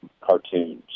cartoons